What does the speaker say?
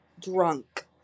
drunk